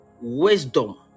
wisdom